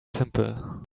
simple